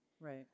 Right